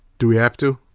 do we have to?